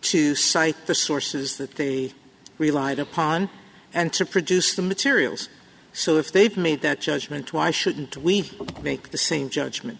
to cite the sources that the relied upon and to produce the materials so if they've made that judgment why shouldn't we make the same judgment